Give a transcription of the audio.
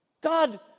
God